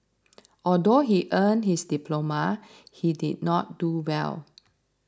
although he earned his diploma he did not do well